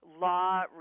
law